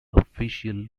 official